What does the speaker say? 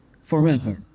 forever